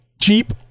cheap